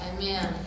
Amen